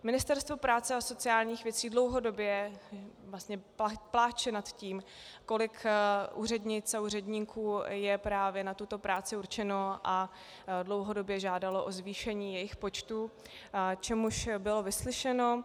Ministerstvo práce a sociálních věcí dlouhodobě vlastně pláče nad tím, kolik úřednic a úředníků je právě na tuto práci určeno, a dlouhodobě žádalo o zvýšení jejich počtu, což bylo vyslyšeno.